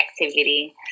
activity